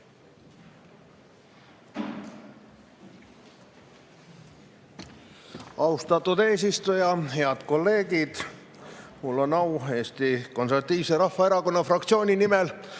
Austatud eesistuja! Head kolleegid! Mul on au Eesti Konservatiivse Rahvaerakonna fraktsiooni nimel